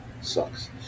sucks